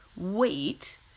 Wait